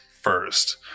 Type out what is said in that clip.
first